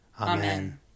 Amen